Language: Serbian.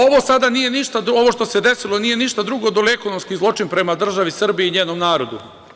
Ovo što se desilo nije ništa drugo do ekonomski zločin prema državi Srbiji i njenom narodu.